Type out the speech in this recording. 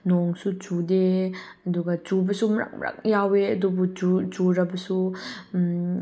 ꯅꯣꯡꯁꯨ ꯆꯨꯗꯦ ꯑꯗꯨꯒ ꯆꯨꯕꯁꯨ ꯃꯔꯛ ꯃꯔꯛ ꯌꯥꯎꯋꯦ ꯑꯗꯨꯕꯨ ꯆꯨꯔꯕꯁꯨ